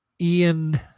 Ian